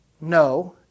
no